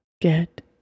get